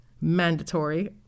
mandatory